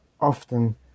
often